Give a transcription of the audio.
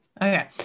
okay